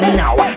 now